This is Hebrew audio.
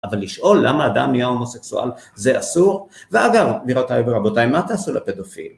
אבל לשאול למה אדם יהיה הומוסקסואל, זה אסור. ואגב, לראותיי ורבותיי, מה תעשו לפדופיל?